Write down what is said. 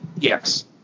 Yes